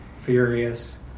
furious